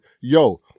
Yo